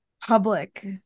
Public